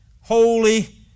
holy